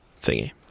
thingy